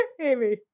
Amy